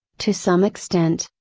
to some extent,